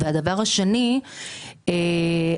שזה אחוז אחד מתוך 30 מיליארד השקלים.